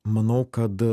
manau kad